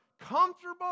comfortable